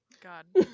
God